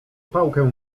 pałkę